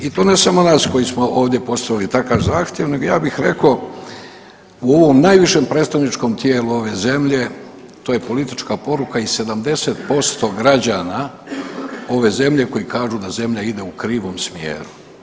I to ne samo na koji smo ovdje postavili takav zahtjev nego ja bih rekao u ovom najvišem predstavničkom tijelu ove zemlje to je politička poruka i 70% građana ove zemlje koji kažu da zemlja ide u krivom smjeru.